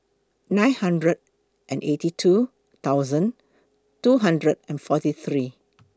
nine hundred and eighty two thousand two hundred and forty three